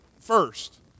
first